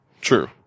True